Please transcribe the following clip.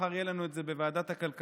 מחר יהיה לנו את זה בוועדת הכלכלה.